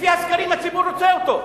לפי הסקרים הציבור רוצה אותו.